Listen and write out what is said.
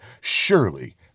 Surely